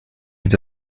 nous